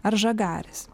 ar žagarės